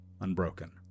unbroken